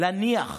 להניח